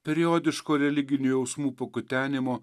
periodiško religinių jausmų pakutenimo